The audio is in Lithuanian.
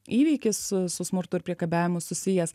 įvykis su smurtu ir priekabiavimu susijęs